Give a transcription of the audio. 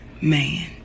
man